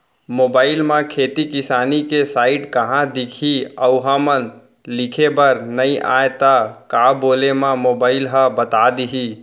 Mobile म खेती किसानी के साइट कहाँ दिखही अऊ हमला लिखेबर नई आय त का बोले म मोबाइल ह बता दिही?